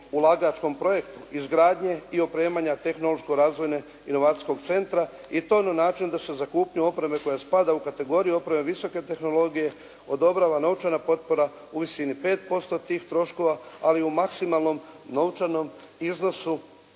ulagačkom projektu, izgradnje i opremanja tehnološko razvojne inovacijskog centra i to na način da se za kupnju opreme koja spada u kategoriju opremu visoke tehnologije odobrava novčana potpora u visini 5% tih troškova ali u maksimalnom novčanom iznosu